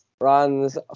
runs